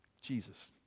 Jesus